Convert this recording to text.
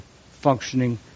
functioning